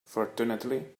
fortunately